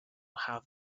have